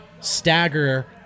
stagger